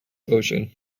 ocean